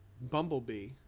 Bumblebee